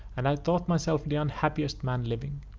and thought myself the unhappiest man living.